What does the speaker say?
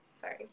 Sorry